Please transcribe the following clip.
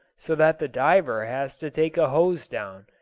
so that the diver has to take a hose down,